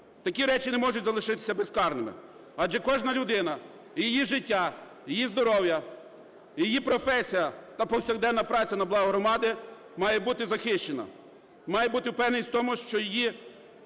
Такі речі не можуть залишитися безкарними, адже кожна людина і її життя, її здоров'я, її професія та повсякденна праця на благо громади має бути захищена. Має бути впевненість в тому, що її